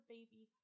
Baby